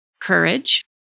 courage